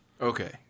Okay